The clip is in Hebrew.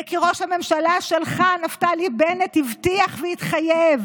וכי ראש הממשלה שלך נפתלי בנט הבטיח והתחייב